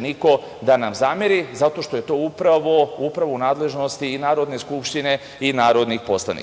niko da nam zameri zato što je to upravo u nadležnosti i Narodne skupštine i narodnih poslanika. Ono